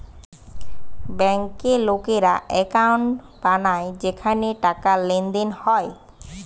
বেঙ্কে লোকেরা একাউন্ট বানায় যেখানে টাকার লেনদেন হয়